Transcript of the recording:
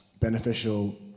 Beneficial